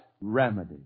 remedy